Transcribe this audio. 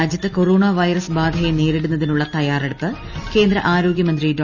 രാജ്യത്ത് corona virus ബാധയെ നേരിടുന്നതിനുള്ള തയ്യാറെടുപ്പ് കേന്ദ്ര ആരോഗൃമന്ത്രി ഡോ